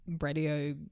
radio